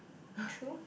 true